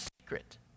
secret